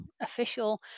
official